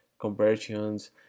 conversions